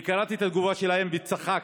אני קראתי את התגובה שלהם וצחקתי.